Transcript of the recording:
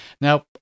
Now